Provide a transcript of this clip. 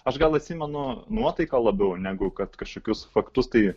aš gal atsimenu nuotaiką labiau negu kad kažkokius faktus tai